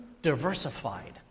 Diversified